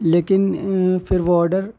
لیکن پھر وہ آڈر